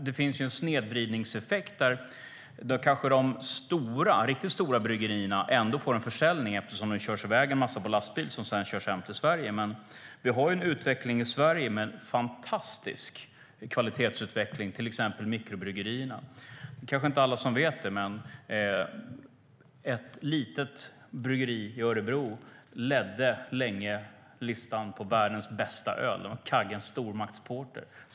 Det finns en snedvridningseffekt där de riktigt stora bryggerierna ändå får sälja eftersom det transporteras en massa öl på lastbil och sedan tas in i Sverige. Det sker en fantastisk kvalitetsutveckling i Sverige med mikrobryggerier. Det är kanske inte alla som vet det, men ett litet bryggeri i Örebro toppade länge listan på världens bästa öl, Kaggen stormaktsporter.